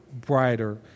brighter